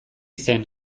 zen